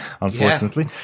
unfortunately